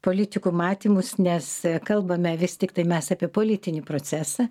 politikų matymus nes kalbame vis tiktai mes apie politinį procesą